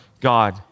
God